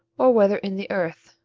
or whether in the earth,